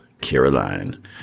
Caroline